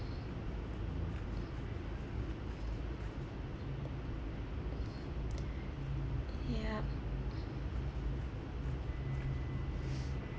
yup